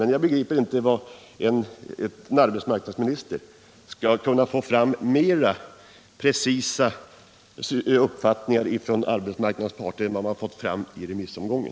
Men jag begriper inte hur en arbetsmarknadsminister skall kunna få fram mer precisa uppfattningar från arbetsmarknadens parter än vad man har fått fram i remissomgången.